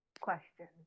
question